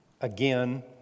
again